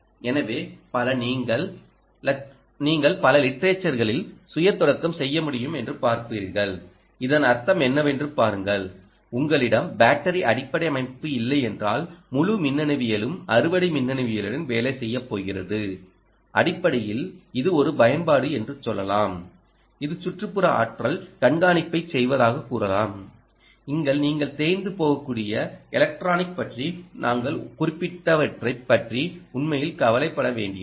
எனவே பல நீங்கள் லிட்டரேச்சர்களில் 'சுய தொடக்கம் செய்ய முடியும்' என்று பார்ப்பீர்கள் இதன் அர்த்தம் என்னவென்று பாருங்கள் உங்களிடம் பேட்டரி அடிப்படை அமைப்பு இல்லையென்றால் முழு மின்னணுவியலும் அறுவடை மின்னணுவியலுடன் வேலை செய்யப் போகிறது அடிப்படையில் இது ஒரு பயன்பாடு என்று சொல்லலாம் இது சுற்றுப்புற ஆற்றல் கண்காணிப்பைச் செய்வதாகக் கூறலாம் இங்கே நீங்கள் தேய்ந்து போகக்கூடிய எலக்ட்ரானிக் பற்றி நான் உங்களிடம் குறிப்பிட்டவற்றைப் பற்றி உண்மையில் கவலைப்பட வேண்டியதில்லை